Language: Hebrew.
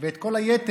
ואת כל היתר,